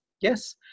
yes